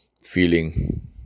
feeling